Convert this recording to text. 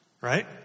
Right